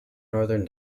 northern